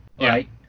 Right